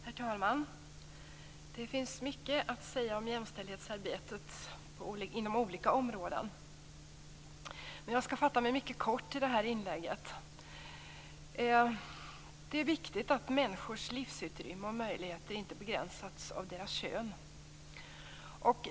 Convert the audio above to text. Herr talman! Det finns mycket att säga om jämställdhetsarbetet inom olika områden, men jag skall fatta mig mycket kort i det här inlägget. Det är viktigt att människors livsutrymme och möjligheter inte begränsas av deras kön.